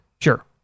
Sure